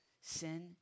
sin